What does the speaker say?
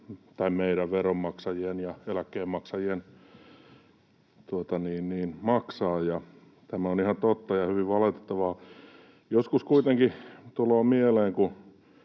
meidän veronmaksajien ja eläkkeenmaksajien maksettaviksi. Tämä on ihan totta ja hyvin valitettavaa. Joskus kuitenkin tulee mieleen